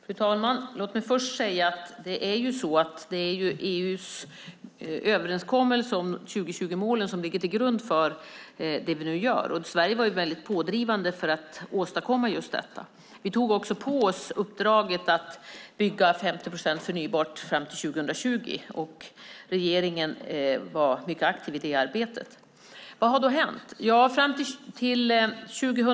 Fru talman! Låt mig först säga att det är EU:s överenskommelse om 2020-målen som ligger till grund för det vi nu gör. Sverige var väldigt pådrivande för att åstadkomma just detta. Vi tog också på oss uppdraget att bygga 50 procent förnybart fram till 2020, och regeringen var mycket aktiv i detta arbete. Vad har då hänt?